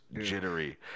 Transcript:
jittery